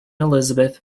elizabeth